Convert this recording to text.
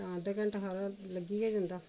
तां अद्धा घैंटा हारा लग्गी गै जंदा